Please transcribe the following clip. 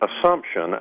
assumption